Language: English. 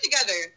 together